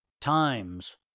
times